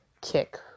kick